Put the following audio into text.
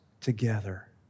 together